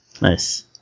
Nice